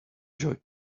joy